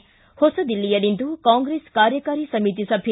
ಿ ಹೊಸದಿಲ್ಲಿಯಲ್ಲಿಂದು ಕಾಂಗ್ರೆಸ್ ಕಾರ್ಯಕಾರಿ ಸಮಿತಿ ಸಭೆ